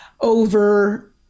over